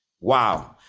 wow